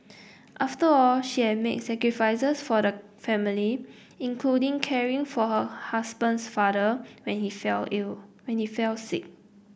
after all she had made sacrifices for the family including caring for her husband's father when he fell ill when he fell sick